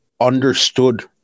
understood